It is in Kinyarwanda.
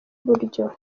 buryo